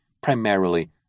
primarily